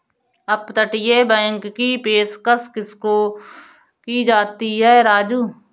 अपतटीय बैंक की पेशकश किसको की जाती है राजू?